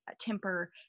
temper